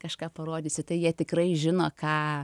kažką parodysi tai jie tikrai žino ką